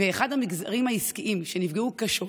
ואחד המגזרים העסקיים שנפגעו קשות